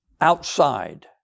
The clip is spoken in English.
outside